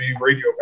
radio